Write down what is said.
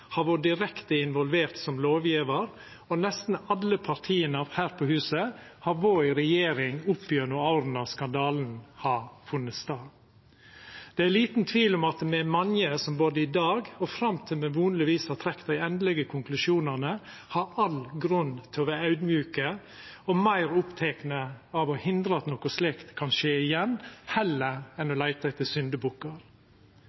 har vore direkte involvert som lovgjevar, og nesten alle partia her på huset har vore i regjering opp gjennom åra skandalen har funne stad. Det er liten tvil om at me er mange som både i dag og fram til me vonleg har trekt dei endelege konklusjonane, har all grunn til å vera audmjuke og meir opptekne av å hindra at noko slikt kan skje igjen, heller enn